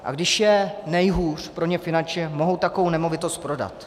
A když je nejhůř pro ně finančně, mohou takovou nemovitost prodat.